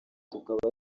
tukaba